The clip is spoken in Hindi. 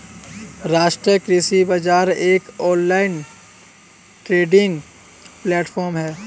राष्ट्रीय कृषि बाजार एक ऑनलाइन ट्रेडिंग प्लेटफॉर्म है